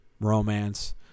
Romance